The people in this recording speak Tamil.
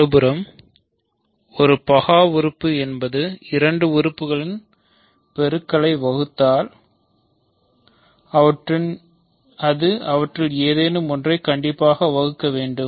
மறுபுறம் ஒரு முதன்மை உறுப்பு என்பது இரண்டு உறுப்புகளின் பொருக்களைப் வகுத்தால் அவற்றில் எதேனும் ஒன்றைப் கண்டிப்பாக வகுக்க வேண்டும்